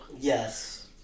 Yes